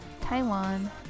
Taiwan